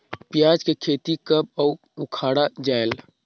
पियाज के खेती कब अउ उखाड़ा जायेल?